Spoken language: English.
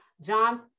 John